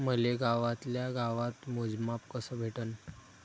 मले गावातल्या गावात मोजमाप कस भेटन?